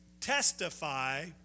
testify